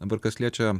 dabar kas liečia